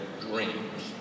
dreams